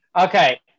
okay